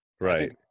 Right